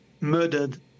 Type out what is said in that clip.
murdered